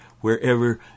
wherever